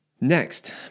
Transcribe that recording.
Next